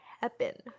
happen